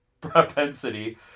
propensity